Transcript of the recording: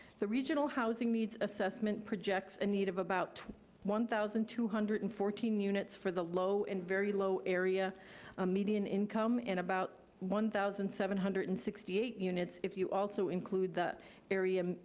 the regional housing needs assessment projects a need of about one thousand two hundred and fourteen units for the low and very low area ah median income, and about one thousand seven hundred and sixty eight units if you also include the area, um